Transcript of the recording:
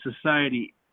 society